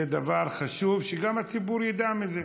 זה דבר שחשוב שגם הציבור ידע מזה.